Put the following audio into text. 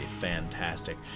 fantastic